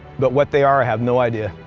but what they are, i have no idea.